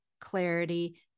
clarity